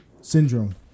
Syndrome